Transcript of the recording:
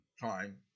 time